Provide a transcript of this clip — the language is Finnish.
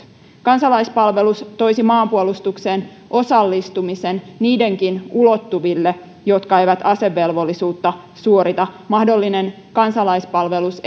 kansalaispalvelus toisi maanpuolustukseen osallistumisen niidenkin ulottuville jotka eivät asevelvollisuutta suorita mahdollinen kansalaispalvelus